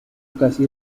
casi